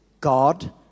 God